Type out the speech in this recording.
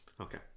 Okay